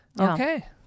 Okay